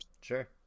Sure